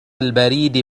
البريد